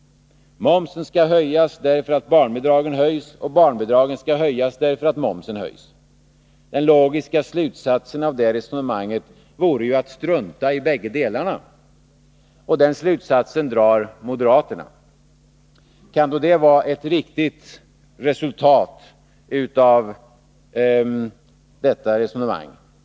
Momsen skall höjas därför att barnbidragen höjs, och barnbidragen skall höjas därför att momsen höjs. Den logiska slutsatsen av det resonemanget vore ju att strunta i bägge delarna, och den slutsatsen drar moderaterna. Kan det då vara ett riktigt resultat av detta resonemang?